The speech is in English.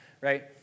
Right